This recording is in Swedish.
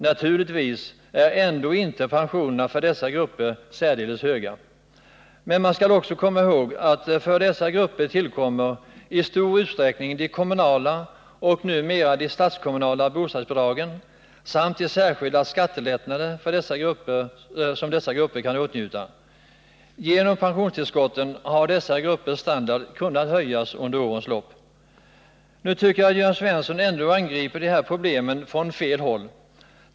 Naturligtvis är ändå inte pensionerna för dessa grupper särdeles höga, men man skall också komma ihåg att här tillkommer i stor utsträckning de kommunala och numera också de statskommunala bostadsbidragen samt de särskilda skattelättnader som dessa grupper kan åtnjuta. Genom pensionstillskotten har dessa gruppers standard kunnat höjas under årens lopp. Nu tycker jag att Jörn Svensson ändå angriper de här problemen från fel håll.